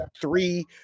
three